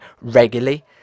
regularly